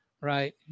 Right